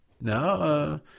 No